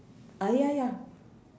uh ya ya